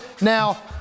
now